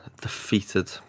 defeated